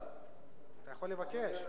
אתה יכול לבקש